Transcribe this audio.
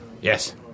Yes